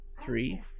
Three